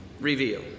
reveal